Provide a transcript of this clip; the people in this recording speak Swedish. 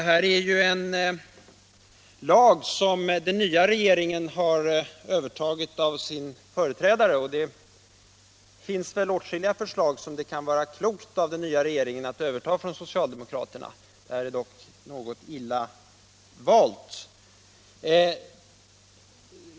Herr talman! Denna lag har den nya regeringen övertagit av sin företrädare. Det finns väl åtskilliga förslag som det kan vara klokt av den nya regeringen att överta från socialdemokraterna, men detta exempel är något illa valt.